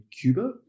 Cuba